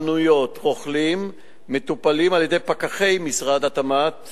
חנויות ורוכלים מטופלים על-ידי פקחי משרד התמ"ת